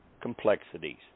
complexities